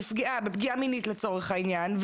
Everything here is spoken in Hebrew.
נפגעה בפגיעה מינית לצורך הענין,